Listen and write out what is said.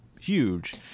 huge